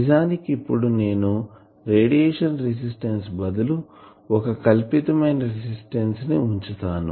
నిజానికి ఇప్పుడు నేను రేడియేషన్ రెసిస్టెన్స్ బదులు ఒక కల్పితమైన రెసిస్టెన్స్ ని వుంచుతాను